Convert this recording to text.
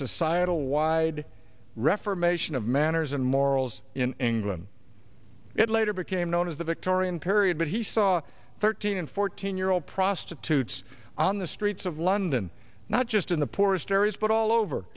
societal wide reformation of manners and morals in england it later became known as the victorian period but he saw thirteen and fourteen year old prostitutes on the streets of london not just in the poorest areas but all over